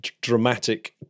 dramatic